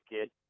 kid